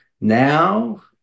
now